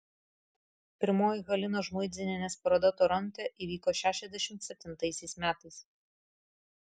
pirmoji halinos žmuidzinienės paroda toronte įvyko šešiasdešimt septintaisiais metais